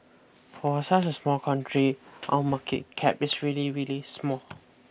for such a small country our market cap is really really small